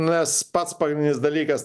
nes pats pagrindinis dalykas